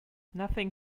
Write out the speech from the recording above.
nothing